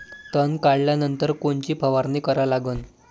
तन काढल्यानंतर कोनची फवारणी करा लागन?